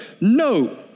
no